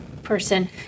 person